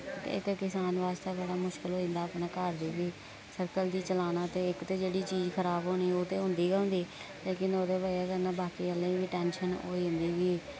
एह् ते किसान वास्तै बड़ा मुश्किल होई जंदा अपने घर दे बी सर्कल गी चलाना ते इक ते जेह्ड़ी चीज खराब होनी ओह् ते होंदी गै होंदी लेकिन ओह्दे बजह कन्नै बाकी आह्लें बी टैंशन होई जंदी कि